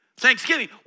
Thanksgiving